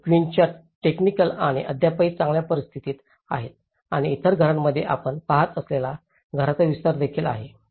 हे क्वीनचा टेकनिक आणि ते अद्यापही चांगल्या स्थितीत आहेत आणि इतर घरांमध्येही आपण पहात असलेल्या घरांचा विस्तार देखील आहे